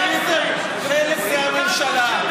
הייתם חלק מהממשלה.